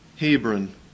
Hebron